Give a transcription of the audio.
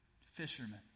Fishermen